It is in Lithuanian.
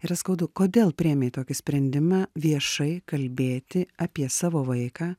yra skaudu kodėl priėmei tokį sprendimą viešai kalbėti apie savo vaiką